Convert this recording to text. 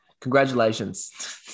congratulations